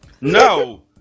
No